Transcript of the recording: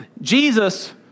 Jesus